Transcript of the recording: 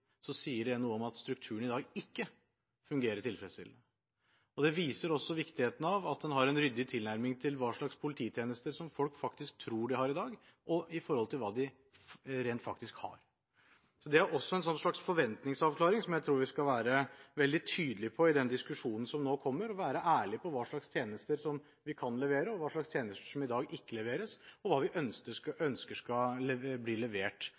Så synes jeg representanten Greni hadde et veldig godt innlegg, som illustrerte problemet, nemlig at dagens struktur ikke fungerer optimalt. Når en må vente 2 ½ time på en politipatrulje når en blir truet på livet, sier det noe om at strukturen i dag ikke fungerer tilfredsstillende. Det viser også viktigheten av at en har en ryddig tilnærming til hva slags polititjenester som folk faktisk tror de har i dag i forhold til hva de rent faktisk har. Det er også en forventningsavklaring som jeg tror vi skal være veldig tydelig på i den diskusjonen som nå kommer – være ærlig på hva slags tjenester vi